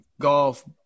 golf